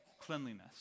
cleanliness